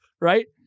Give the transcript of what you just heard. Right